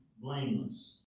blameless